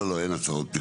לא, אין הצהרות פתיחה.